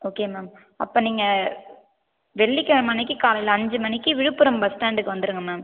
okay ma'am அப்போ நீங்கள் வெள்ளிக்கிழமை அன்றைக்கி காலைல அஞ்சு மணிக்கு விழுப்புரம் பஸ் ஸ்டாண்டுக்கு வந்துடுங்க மேம்